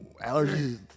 allergies